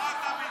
במה אתה מתבייש?